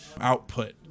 output